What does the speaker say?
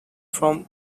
from